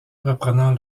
reprenant